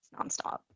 nonstop